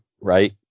Right